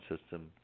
system